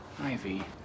Ivy